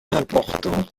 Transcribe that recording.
important